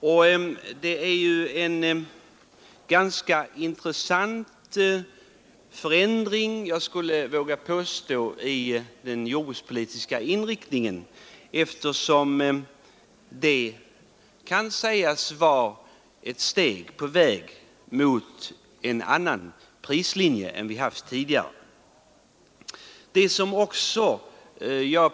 Jag skulle våga påstå att detta är en ganska intressant förändring i den jordbrukspolitiska inriktningen, eftersom det kan sägas vara ett steg på väg mot en annan prislinje än vi haft tidigare.